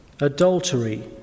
adultery